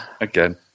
Again